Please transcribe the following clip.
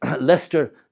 Leicester